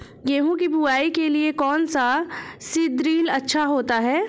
गेहूँ की बुवाई के लिए कौन सा सीद्रिल अच्छा होता है?